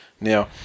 Now